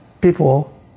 people